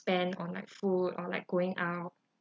spend on like food or like going out